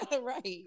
Right